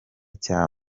cya